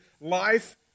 life